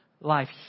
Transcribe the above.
life